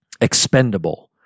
expendable